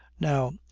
now,